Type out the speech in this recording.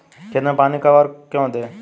खेत में पानी कब और क्यों दें?